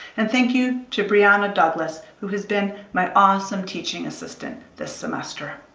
and thank you to brianna douglass, who has been my awesome teaching assistant this semester.